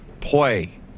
play